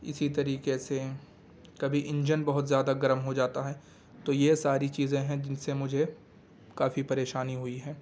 اسی طریقے سے کبھی انجن بہت زیادہ گرم ہو جاتا ہے تو یہ ساری چیزیں ہیں جن سے مجھے کافی پریشانی ہوئی ہے